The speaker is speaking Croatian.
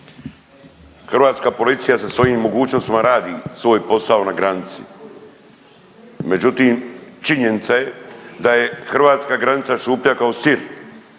Hrvatska policija sa svojim mogućnostima radi svoj posao na granici, međutim činjenica je da je hrvatska granica šuplja kao sir,